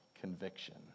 conviction